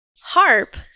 HARP